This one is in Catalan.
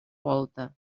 volta